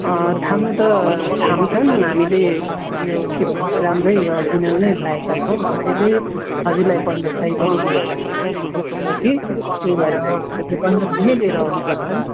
थाम्नु त थाम्छन् हामीले यो के भन्छ राम्रै अर्जिनल नै ल्याएका छौँ त्यसैले हजुरलाई पन्ध्र सय पनि लिएका हौँ कि त्यही भएर हजुरले पन्ध्र सय नै लिएर आउनु पर्छ